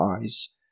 eyes